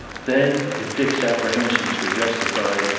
then, if dick's apprehensions were justified,